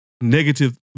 negative